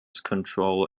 control